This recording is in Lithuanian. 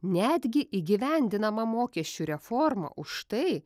netgi įgyvendinamą mokesčių reformą už tai